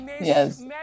yes